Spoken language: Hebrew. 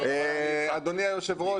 אדוני היושב ראש,